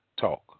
talk